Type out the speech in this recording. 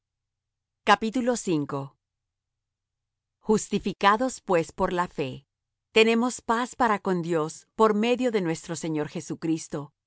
nuestra justificación justificados pues por la fe tenemos paz para con dios por medio de nuestro señor jesucristo